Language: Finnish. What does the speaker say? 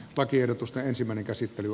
lakiehdotusta ensimmäinen käsittely